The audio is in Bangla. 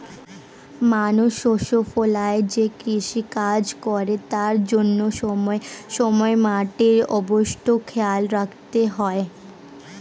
মানুষ শস্য ফলায় যে কৃষিকাজ করে তার জন্যে সময়ে সময়ে মাটির অবস্থা খেয়াল রাখতে হয়